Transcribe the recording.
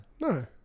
No